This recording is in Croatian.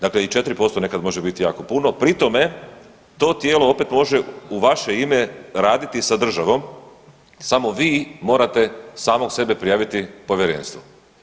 Dakle i 4% nekad može bit jako puno, pri tome to tijelo opet može u vaše ime raditi sa državom samo vi morate samog sebe prijaviti povjerenstvu.